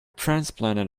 transplanted